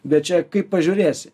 bet čia kaip pažiūrėsi